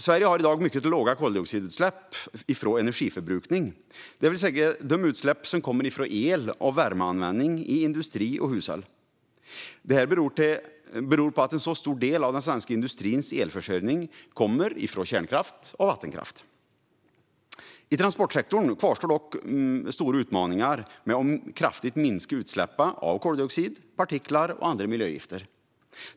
Sverige har i dag mycket låga koldioxidutsläpp från energiförbrukning, det vill säga de utsläpp som kommer från el och värmeanvändning i industri och hushåll. Detta beror på att en stor del av den svenska industrins elförsörjning kommer från kärnkraft och vattenkraft. I transportsektorn kvarstår dock stora utmaningar med att kraftigt minska utsläppen av koldioxid, partiklar och andra miljögifter.